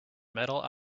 metal